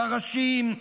פרשים,